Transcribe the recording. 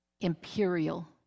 imperial